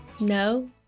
No